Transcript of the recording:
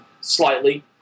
Slightly